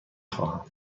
خواهم